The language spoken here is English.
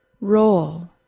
roll